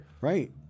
right